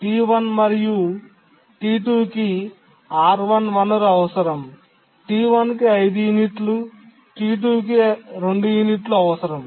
T1 మరియు T2 కి R1 వనరు అవసరం T1 కి 5 యూనిట్లకు T2 కి 2 యూనిట్లకు అవసరం